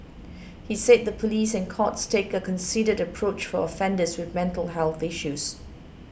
he said the police and courts take a considered approach for offenders with mental health issues